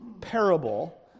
parable